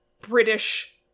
British